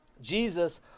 Jesus